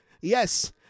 Yes